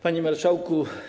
Panie Marszałku!